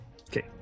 okay